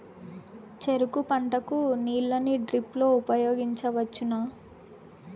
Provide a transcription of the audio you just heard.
చెరుకు పంట కు నీళ్ళని డ్రిప్ లో ఉపయోగించువచ్చునా?